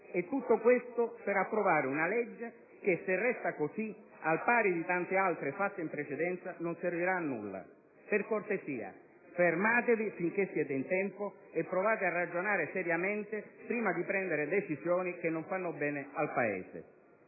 e tutto questo per approvare una legge che, se resta così, al pari di tante altre fatte in precedenza, non servirà a nulla. Per cortesia, fermatevi finché siete in tempo e provate a ragionare seriamente prima di prendere decisioni che non fanno bene al Paese.